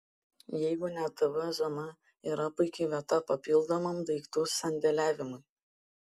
jeigu ne tv zona yra puiki vieta papildomam daiktų sandėliavimui